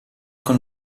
con